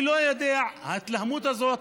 ההתלהמות הזאת,